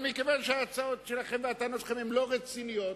אבל מכיוון שההצעות שלכם והטענות שלכם הן לא רציניות,